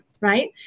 right